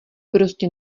prostě